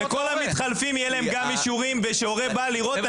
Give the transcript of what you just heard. וגם לכל המתחלפים יהיו אישורים וכשהורה בא לראות,